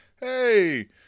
hey